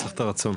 צריך את הרצון.